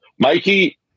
Mikey